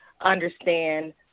understand